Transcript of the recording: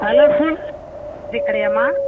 hello கடையாம்மா